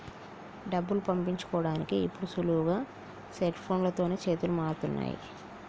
డబ్బులు పంపించుకోడానికి ఇప్పుడు సులువుగా సెల్ఫోన్లతోనే చేతులు మారుతున్నయ్